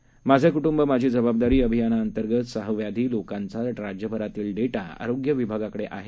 माझेकुटुंबमाझीजबाबदारीअभियानांतर्गतसहव्याधीलोकांचाराज्यभरातीलडेटाआरोग्यविभागा कडेआहे